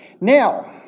Now